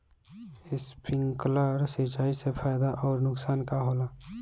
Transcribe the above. Sprinkler सिंचाई से फायदा अउर नुकसान का होला?